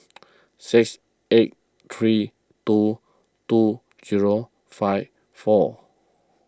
six eight three two two zero five four